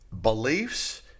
beliefs